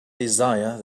desire